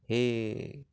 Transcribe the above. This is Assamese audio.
সেই